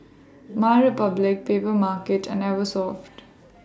My Republic Papermarket and Eversoft